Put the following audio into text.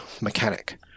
mechanic